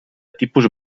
tipus